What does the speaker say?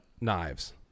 knives